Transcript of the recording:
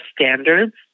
standards